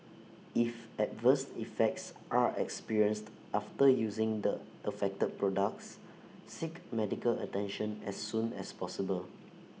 if adverse effects are experienced after using the affected products seek medical attention as soon as possible